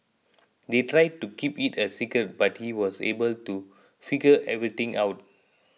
they tried to keep it a secret but he was able to figure everything out